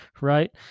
right